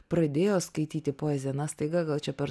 pradėjo skaityti poeziją na staiga gal čia per